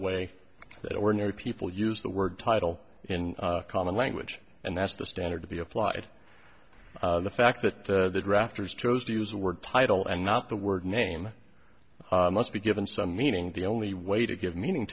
way that ordinary people use the word title in common language and that's the standard to be applied the fact that the drafters chose to use the word title and not the word name must be given some meaning the only way to give meaning